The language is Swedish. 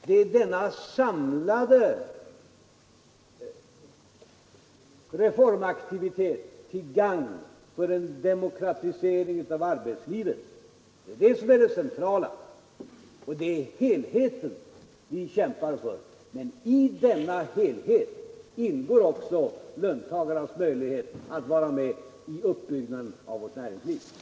Det är denna samlade reformaktivitet till gagn för en demokratisering av arbetslivet som är det centrala, och det är helheten vi kämpar för. Men i denna helhet ingår också löntagarnas möjlighet att vara med i uppbyggnaden av vårt näringsliv.